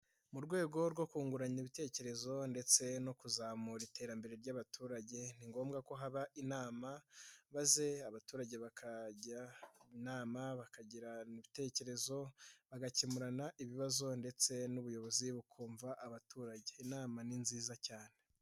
Mu rwego rwo kungurana ibitekerezo ndetse no kuzamura iterambere ry'abaturage, ni ngombwa ko haba inama maze abaturage bakajya inama bakagirana ibitekerezo, bagakemurana ibibazo ndetse n'ubuyobozi bukumva abaturage. Inama ni nziza cyane.